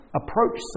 approach